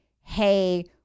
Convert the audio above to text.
hey